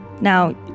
Now